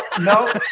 no